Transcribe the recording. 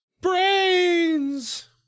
brains